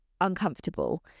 uncomfortable